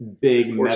Big